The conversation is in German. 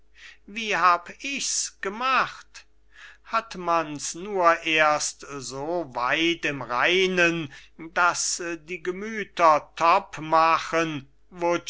wie hab ich's gemacht hat man's nur erst so weit im reinen daß die gemüther topp machen